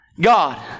God